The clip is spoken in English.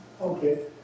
Okay